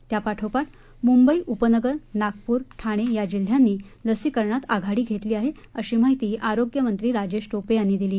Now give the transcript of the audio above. त्यापाठोपाठ मुंबई उपनगर नागपूर ठाणे या जिल्ह्यांनी लसीकरणात आघाडी घेतली आहे अशी माहिती आरोग्यमंत्री राजेश टोपे यांनी दिली